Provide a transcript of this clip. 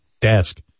desk